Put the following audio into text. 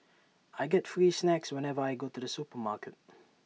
I get free snacks whenever I go to the supermarket